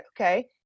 okay